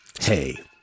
hey